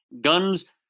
guns